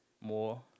more